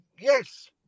yes